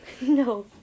No